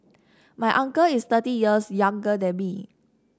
my uncle is thirty years younger than me